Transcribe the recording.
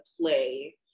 play